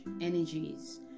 energies